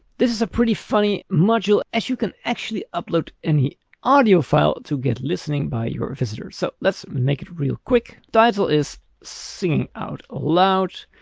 this is a pretty funny module as you can actually upload any audio file to get listening by your visitors. so let's make it real quick. title is singing out loud.